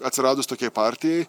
atsiradus tokiai partijai